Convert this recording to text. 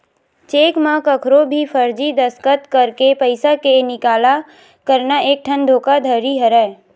cheque म कखरो भी फरजी दस्कत करके पइसा के निकाला करना एकठन धोखाघड़ी हरय